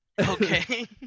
okay